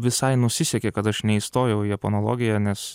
visai nusisekė kad aš neįstojau į japonologiją nes